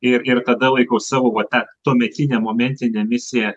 ir ir tada laikau savo va tą tuometinę momentinę misiją